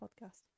podcast